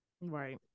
Right